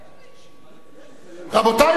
רבותי,